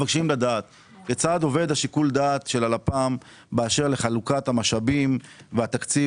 כיצד עובד שיקול הדעת של הלפ"ם באשר לחלוקת המשאבים והתקציב